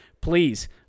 Please